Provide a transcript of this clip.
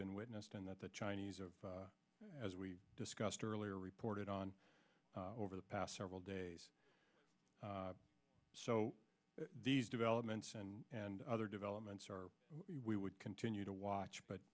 been witnessed and that the chinese of as we discussed earlier reported on over the past several days so these developments and and other developments are we would continue to watch but